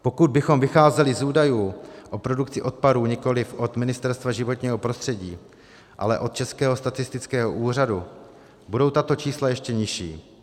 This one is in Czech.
Pokud bychom vycházeli z údajů o produkci odpadů nikoliv od Ministerstva životního prostředí, ale od Českého statistického úřadu, budou tato čísla ještě nižší.